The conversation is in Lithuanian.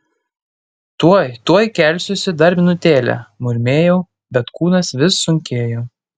tuoj tuoj kelsiuosi dar minutėlę murmėjau bet kūnas vis sunkėjo